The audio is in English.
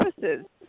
services